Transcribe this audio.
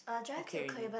okay already